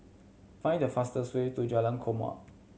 find the fastest way to Jalan Korma